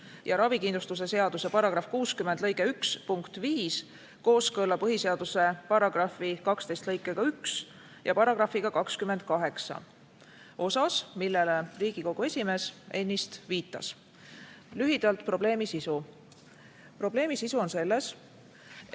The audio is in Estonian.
ja ravikindlustuse seaduse § 60 lõike 1 punkt 5 kooskõlla põhiseaduse § 12 lõikega 1 ja §-ga 28 osas, millele Riigikogu esimees ennist viitas. Lühidalt probleemi sisu. Probleemi sisu on selles,